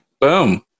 Boom